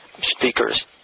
Speakers